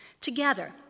together